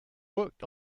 worked